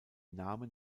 namen